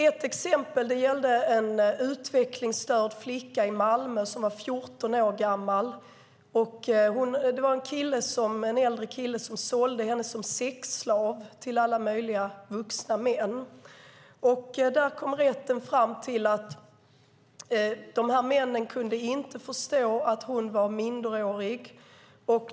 Ett exempel gällde en utvecklingsstörd flicka i Malmö som var 14 år gammal. Det var en äldre kille som sålde henne som sexslav till alla möjliga vuxna män. Rätten kom fram till att de här männen inte kunde förstå att hon var minderårig.